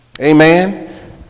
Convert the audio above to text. Amen